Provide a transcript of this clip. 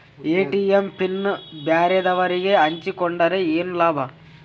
ATM PIN ಬ್ಯಾರೆದವರಗೆ ಹಂಚಿಕೊಂಡರೆ ಏನು ಲಾಭ?